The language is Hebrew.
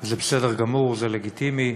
זה בסדר גמור, זה לגיטימי,